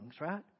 right